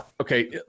Okay